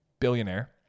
billionaire